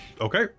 Okay